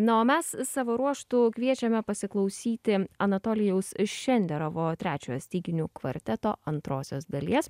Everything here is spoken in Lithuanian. na o mes savo ruožtu kviečiame pasiklausyti anatolijaus šenderovo trečiojo styginių kvarteto antrosios dalies